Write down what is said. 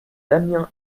damien